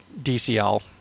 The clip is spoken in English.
DCL